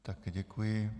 Také děkuji.